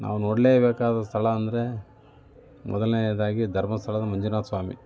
ನಾವು ನೊಡಲೇಬೇಕಾದ ಸ್ಥಳ ಎಂದರೆ ಮೊದಲನೆದಾಗಿ ಧರ್ಮಸ್ಥಳದ ಮಂಜುನಾಥ ಸ್ವಾಮಿ